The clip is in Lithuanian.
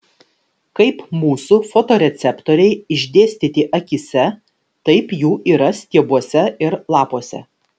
kaip mūsų fotoreceptoriai išdėstyti akyse taip jų yra stiebuose ir lapuose